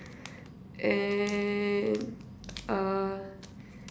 and uh